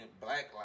black